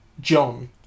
John